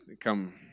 come